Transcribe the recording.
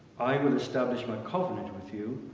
i will establish my covenant with you,